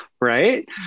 Right